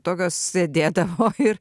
tokios sėdėdavo ir